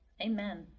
amen